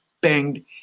banged